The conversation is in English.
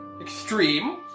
extreme